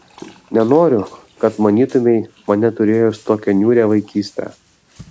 nenoriu kad manytumei mane turėjus tokią niūrią vaikystę